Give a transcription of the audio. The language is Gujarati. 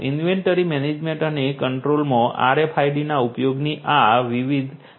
ઇન્વેન્ટરી મેનેજમેન્ટ અને કંટ્રોલમાં RFID ના ઉપયોગની આ કેટલીક વિવિધ એપ્લિકેશનો છે